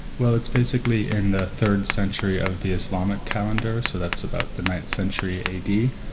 well it's basically in the third century of the islamic calendar, so that's about the ninth century a. d,